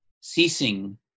ceasing